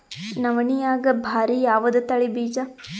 ನವಣಿಯಾಗ ಭಾರಿ ಯಾವದ ತಳಿ ಬೀಜ?